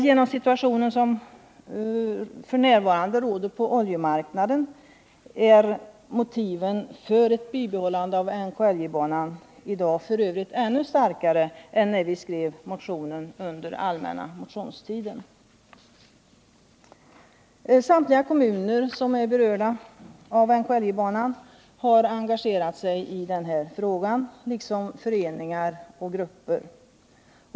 Genom den situation som f. n. råder på oljemarknaden är f. ö. motiven för ett bibehållande av NKLJ-banan i dag ännu starkare än när vi skrev motionen under allmänna motionstiden. Samtliga kommuner som är berörda av NKLJ-banan har engagerat sig i den här frågan, liksom föreningar och grupper.